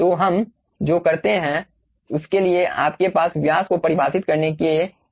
तो हम जो करते हैं उसके लिए आपके पास व्यास को परिभाषित करने के कई तरीके हैं